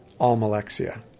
Almalexia